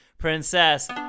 princess